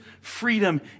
freedom